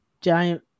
giant